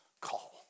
call